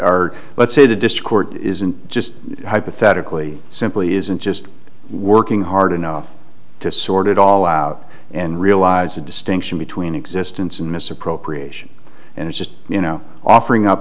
is let's say the dischord isn't just hypothetically simply isn't just working hard enough to sort it all out and realize the distinction between existence and misappropriation and it's just you know offering up